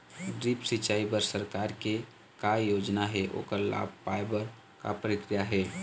Drip सिचाई बर सरकार के का योजना हे ओकर लाभ पाय बर का प्रक्रिया हे?